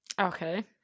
Okay